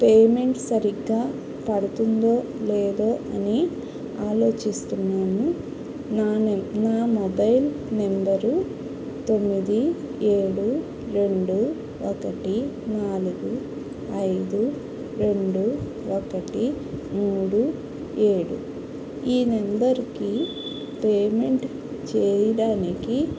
payment సరిగ్గా పడుతుందో లేదో అని ఆలోచిస్తున్నాను నా మొబైల్ నెంబరు తొమ్మిది ఏడు రెండు ఒకటి నాలుగు ఐదు రెండు ఒకటి మూడు ఏడు ఈ నెంబర్కి పేమెంట్ చేయడానికి